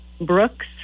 Brooks